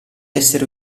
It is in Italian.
essere